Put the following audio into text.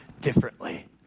differently